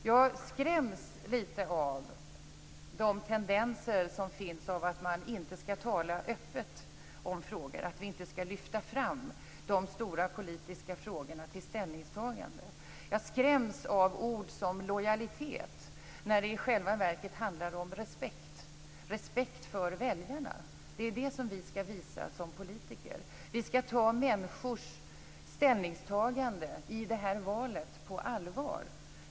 Jag skräms lite av de tendenser som finns, att man inte skall tala öppet, att vi inte skall lyfta fram de stora politiska frågorna till ställningstagande. Jag skräms av ord som lojalitet, när det i själva verket handlar om respekt - respekt för väljarna. Det skall vi visa som politiker. Vi skall ta människors ställningstagande i valet på allvar.